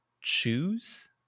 choose